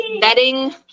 bedding